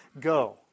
Go